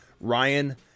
Ryan